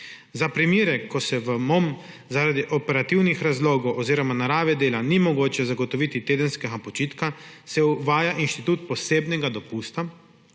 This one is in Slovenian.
Za primere, ko v MOM zaradi operativnih razlogov oziroma narave dela ni mogoče zagotoviti tedenskega počitka, se uvaja institut posebnega dopusta,